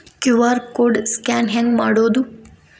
QR code scan ಹೆಂಗ್ ಮಾಡೋದು?